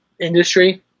industry